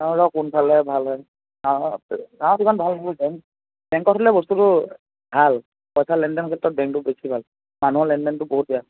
চাওঁ ৰহ কোনফালে ভাল হয় চাওঁ তাত ইমান ভাল নহয় বেংক বেংকত হ'লে বস্তুটো ভাল পইচা লেনদেনৰ ক্ষেত্ৰত বেংকটো বেছি ভাল মানুহৰ লেনদেনটো বহুত বেয়া